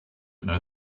know